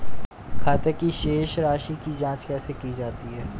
खाते की शेष राशी की जांच कैसे की जाती है?